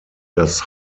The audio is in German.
das